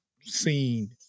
seen